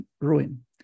ruin